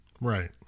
Right